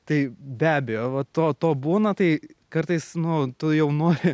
tai be abejo va to to būna tai kartais nu tu jau nori